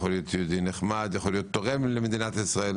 הוא יכול להיות יהודי נחמד שתורם למדינת ישראל.